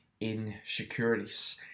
insecurities